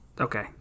Okay